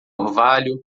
orvalho